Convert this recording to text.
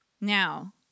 now